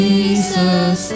Jesus